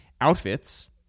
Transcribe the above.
outfits